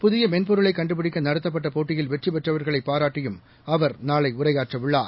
புதியமென்பொருளைகண்டுபிடிக்கநடத்தப்பட்டபோட்டியில் வெற்றிபெற்றவர்களைபாராட்டியும் அவர் நாளைஉரையாற்றவுள்ளார்